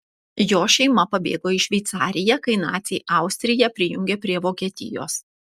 jo šeima pabėgo į šveicariją kai naciai austriją prijungė prie vokietijos